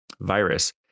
virus